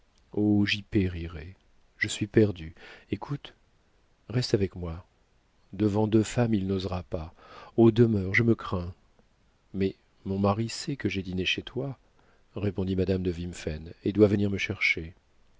j'y périrai je suis perdue écoute reste avec moi devant deux femmes il n'osera pas oh demeure je me crains mais mon mari sait que j'ai dîné chez toi répondit madame de wimphen et doit venir me chercher